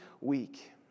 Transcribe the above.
week